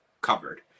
covered